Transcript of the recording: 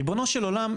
ריבונו של עולם.